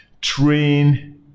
train